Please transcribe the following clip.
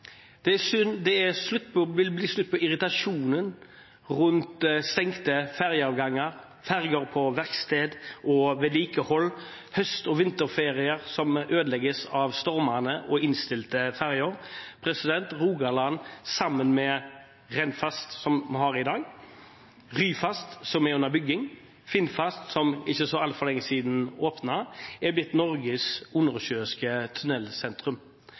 Det vil bli slutt på irritasjonen rundt stengte fergeavganger, ferger på verksted og vedlikehold, høst- og vinterferier som ødelegges av stormene og innstilte ferger. Rogaland, sammen med Rennfast, som vi har i dag, Ryfast, som er under bygging, Finnfast, som åpnet for ikke altfor lenge siden, er blitt Norges